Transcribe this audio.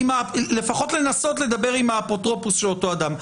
לפחות לנסות לדבר עם האפוטרופוס של אותו אדם?